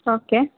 okay